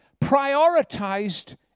prioritized